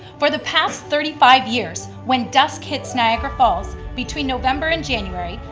for the past thirty five years, when dusk hits niagara falls between november and january,